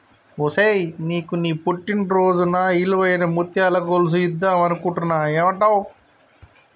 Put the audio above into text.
ఒసేయ్ నీకు నీ పుట్టిన రోజున ఇలువైన ముత్యాల గొలుసు ఇద్దం అనుకుంటున్న ఏమంటావ్